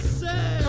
say